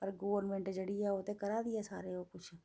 पर गोरमैंट जेह्ड़ी ऐ ओह् ते करा दी ऐ सारा कुछ